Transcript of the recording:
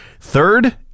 third